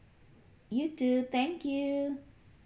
you too thank you